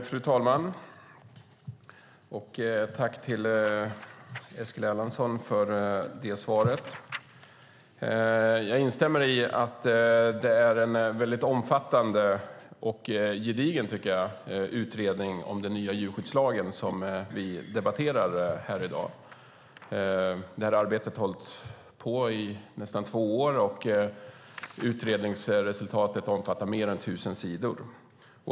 Fru talman! Jag tackar Eskil Erlandsson för svaret. Jag instämmer i att det är en omfattande och gedigen utredning om den nya djurskyddslagen som vi debatterar i dag. Arbetet har pågått i nästan två år, och utredningsresultatet omfattar mer än tusen sidor.